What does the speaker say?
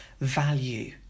value